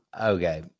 Okay